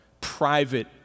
private